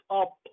up